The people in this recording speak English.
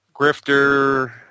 Grifter